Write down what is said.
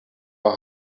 are